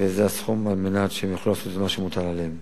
וזה הסכום על מנת שהם יוכלו לעשות את מה שמוטל עליהם.